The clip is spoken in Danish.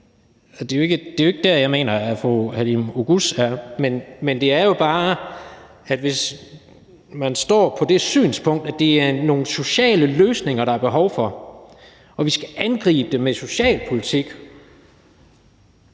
det er jo ikke der, hvor jeg mener at fru Halime Oguz er. Men det er jo bare sådan, hvis man står på det synspunkt, at det er nogle sociale løsninger, der er behov for, og vi skal angribe det med socialpolitik,